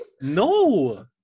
No